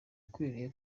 akwiriye